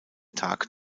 tag